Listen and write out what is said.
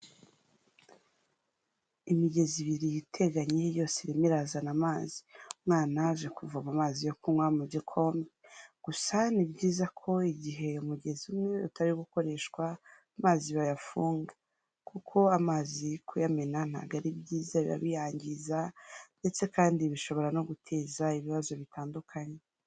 Imigezi ibiri iteganye yose irimo irazana amazi. Umwana aje kuvoma amazi yo kunywa mu gikombe. Gusa ni byiza ko igihe umugezi umwe utari gukoreshwa amazi bayafunga kuko amazi kuyamena ntabwo ari byiza biba biyangiza, ndetse kandi bishobora no guteza ibibazo bitandukanye.